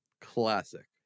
Classic